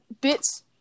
bits